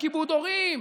עם כיבוד הורים,